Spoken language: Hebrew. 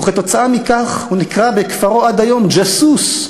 וכתוצאה מכך הוא נקרא בכפרו עד היום "ג'סוּס",